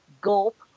gulp